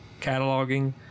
cataloging